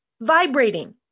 vibrating